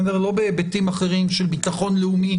לא בהיבטים אחרים של ביטחון לאומי,